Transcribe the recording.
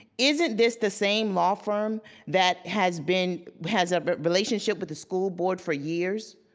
isn't this the same law firm that has been, has a but relationship with the school board for years?